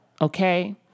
okay